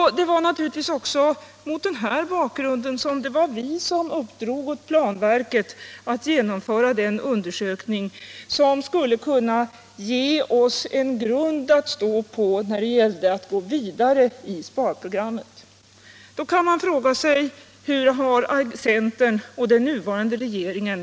Det var naturligtvis också mot den bakgrunden vi uppdrog åt planverket att genomföra den undersökning som skulle kunna ge oss en grund att stå på när det gällde att gå vidare i sparprogrammet. Då kan man fråga sig hur centern och den nuvarande regeringen.